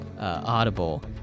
Audible